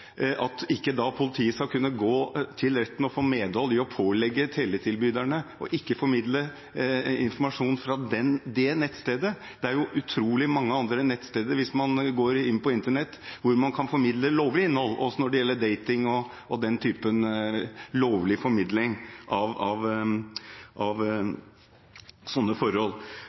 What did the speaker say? politiet også kunne få medhold i å pålegge teletilbyderne ikke å formidle informasjon fra det nettstedet. Det er jo utrolig mange andre nettsteder, hvis man går inn på Internett, hvor man kan formidle lovlig innhold også når det gjelder dating og den typen lovlig formidling av sånne forhold.